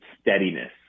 steadiness